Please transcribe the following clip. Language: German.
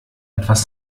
etwas